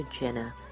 Jenna